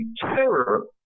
terror